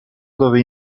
dove